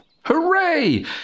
Hooray